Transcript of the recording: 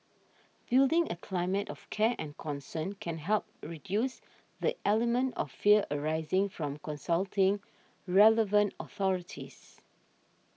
building a climate of care and concern can help reduce the element of fear arising from consulting relevant authorities